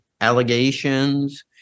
allegations